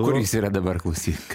kur jis yra dabar klausyk